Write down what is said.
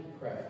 pray